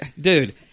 Dude